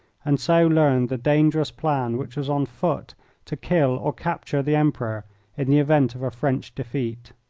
and so learned the dangerous plan which was on foot to kill or capture the emperor in the event of a french defeat.